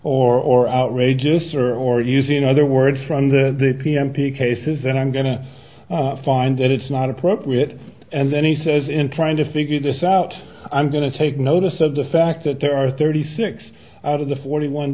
or outrageous or or using other words from the p n p cases then i'm going to find that it's not appropriate and then he says in trying to figure this out i'm going to take notice of the fact that there are thirty six out of the forty one